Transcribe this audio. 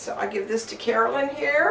so i give this to caroline here